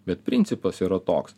bet principas yra toks